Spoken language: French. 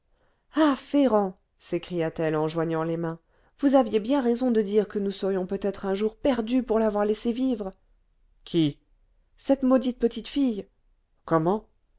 en joignant les mains vous aviez bien raison de dire que nous serions peut-être un jour perdus pour l'avoir laissée vivre qui cette maudite petite fille comment